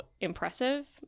impressive